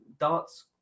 darts